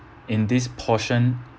in this portion